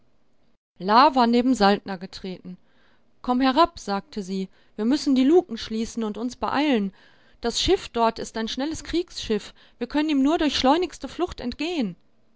la war neben saltner getreten komm herab sagte sie wir müssen die luken schließen und uns beeilen das schiff dort ist ein schnelles kriegsschiff wir können ihm nur durch schleunigste flucht entgehen